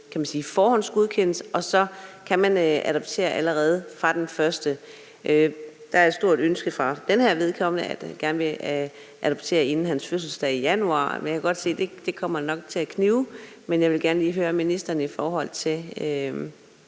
så kan det forhåndsgodkendes, og så kan man adoptere allerede fra den 1. januar? Der er et stort ønske fra dennes vedkommende om, at han gerne vil adoptere inden hans fødselsdag i januar, men jeg kan godt se, at det nok kommer til at knibe. Men jeg vil gerne lige høre ministeren i forhold til,